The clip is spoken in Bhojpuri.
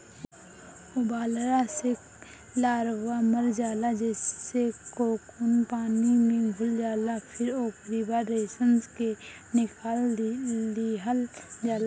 उबालला से लार्वा मर जाला जेसे कोकून पानी में घुल जाला फिर ओकरी बाद रेशम के निकाल लिहल जाला